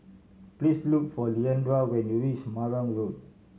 please look for Leandra when you reach Marang Road